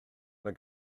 mae